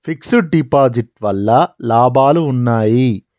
Fix డ్ deposit వల్ల లాభాలు ఉన్నాయి?